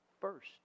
first